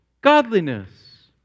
Godliness